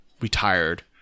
retired